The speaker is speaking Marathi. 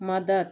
मदत